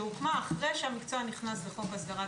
שהוקמה אחרי שהמקצוע נכנס לחוק הסדרת